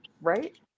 Right